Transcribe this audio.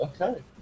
Okay